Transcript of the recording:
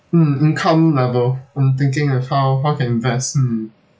mm income level I'm thinking of how how can invest mm